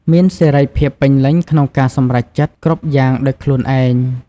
មានសេរីភាពពេញលេញក្នុងការសម្រេចចិត្ត គ្រប់យ៉ាងដោយខ្លួនឯង។